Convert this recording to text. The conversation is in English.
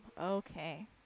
Okay